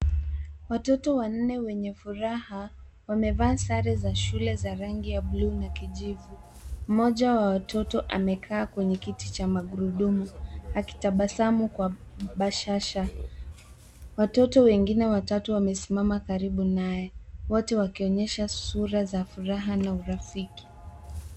Watoto wanne wenye furaha wamevaa sare za shule ya rangi buluu na kijivu. Mmoja wa watoto amekaa kwenye kiti cha magurudumu akitabasamu kwa bashasha. Watoto wengine watatu wamesimama karibu naye. Wote wakionyesha sura za furaha na urafiki.